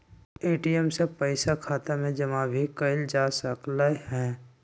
ATM से पइसा खाता में जमा भी कएल जा सकलई ह